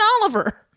Oliver